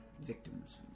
victims